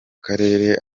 karere